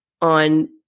on